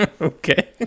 okay